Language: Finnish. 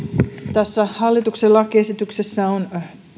tässä hallituksen lakiesityksessä on